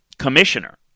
commissioner